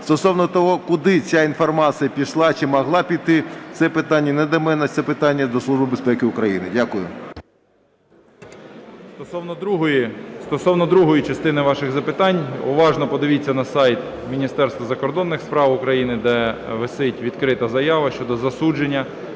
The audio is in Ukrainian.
Стосовно того, куди ця інформація пішла чи могла піти, це питання не до мене, це питання до Служби безпеки України. Дякую. 11:13:22 ШМИГАЛЬ Д.А. Стосовно другої частини ваших запитань. Уважно подивіться на сайт Міністерства закордонних справ України, де висить відкрита заява щодо засудження